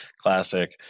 Classic